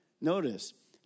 Notice